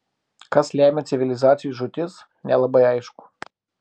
kas lemia civilizacijų žūtis nelabai aišku